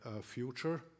future